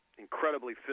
incredibly